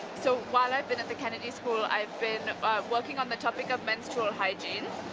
so while i've been at the kennedy school i've been working on the topic of menstrual ah hygiene.